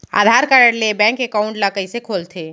आधार card ले bank account ल कइसे खोलथे?